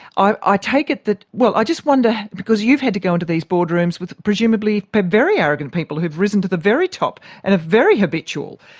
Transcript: i i take it that. well, i just wonder, because you've had to go into these boardrooms with presumably but very arrogant people, who've risen to the very top and are very habitual.